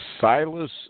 Silas